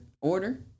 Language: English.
order